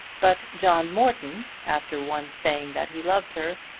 but john morton, after once saying that he loved her,